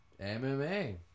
MMA